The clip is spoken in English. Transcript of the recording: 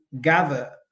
gather